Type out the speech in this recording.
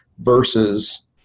versus